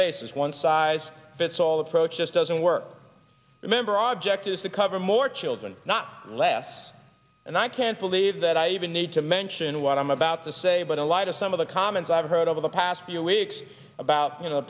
basis one size fits all approach just doesn't work remember object is to cover more children not less and i can't believe that i even need to mention what i'm about to say but in light of some of the comments i've heard over the past few weeks about you know